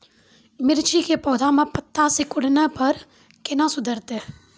मिर्ची के पौघा मे पत्ता सिकुड़ने पर कैना सुधरतै?